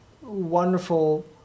wonderful